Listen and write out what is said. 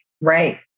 right